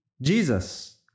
Jesus